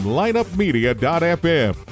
lineupmedia.fm